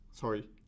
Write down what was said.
Sorry